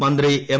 മന്ത്രി എം